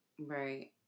Right